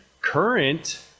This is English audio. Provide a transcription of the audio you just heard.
current